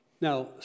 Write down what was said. Now